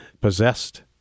possessed